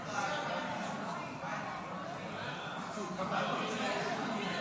בגלל שהוא הוציא אותי קודם.